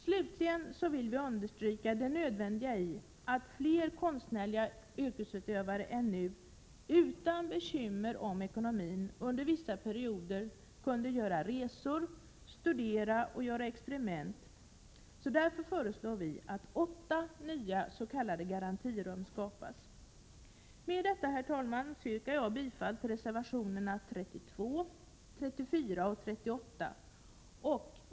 Slutligen vill vi understryka det nödvändiga i att fler konstnärliga yrkesutövare än nu utan bekymmer om ekonomin under vissa perioder kan göra resor, studera och experimentera. Därför föreslår vi att åtta nya s.k. garantirum skapas. Med detta, herr talman, yrkar jag bifall till reservationerna 32, 34 och 38.